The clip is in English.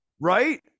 Right